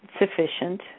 sufficient